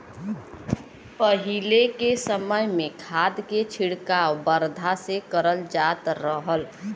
पहिले के समय में खाद के छिड़काव बरधा से करल जात रहल